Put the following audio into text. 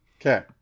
Okay